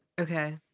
okay